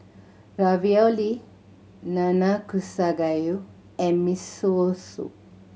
Ravioli Nanakusa Gayu and Miso Soup